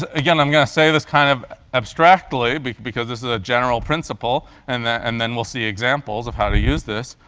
again, i'm going to say this kind of abstractly because because this is a general principle, and and then we'll see examples of how to use this.